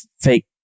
fake